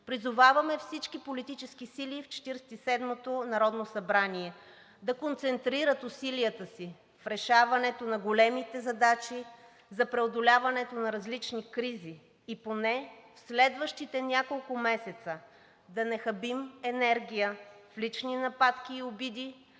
Призоваваме всички политически сили в Четиридесет и седмото народно събрание да концентрират усилията си в решаването на големите задачи за преодоляването на различни кризи и поне в следващите няколко месеца да не хабим енергия в лични нападки и обиди,